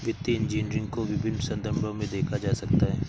वित्तीय इंजीनियरिंग को विभिन्न संदर्भों में देखा जा सकता है